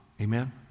Amen